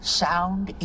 sound